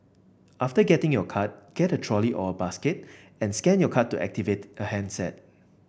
after getting your card get a trolley or basket and scan your card to activate a handset